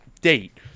date